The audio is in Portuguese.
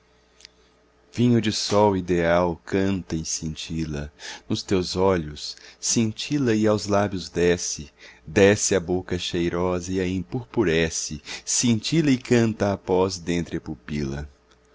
vinho de sol ideal canta e cintila nos teus olhos cintila e aos lábios desce desce a boca cheirosa e a empurpurece cintila e canta após dentre a pupila